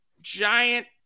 giant